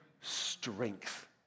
strength